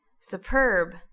Superb